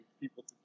people